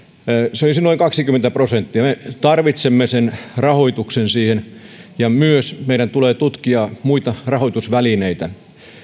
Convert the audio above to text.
se olisi noin kaksikymmentä prosenttia me tarvitsemme sen rahoituksen siihen ja meidän tulee tutkia myös muita rahoitusvälineitä